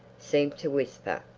seemed to whisper,